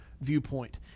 viewpoint